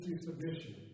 submission